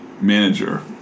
manager